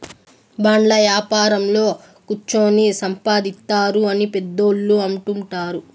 బాండ్ల యాపారంలో కుచ్చోని సంపాదిత్తారు అని పెద్దోళ్ళు అంటుంటారు